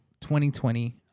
2020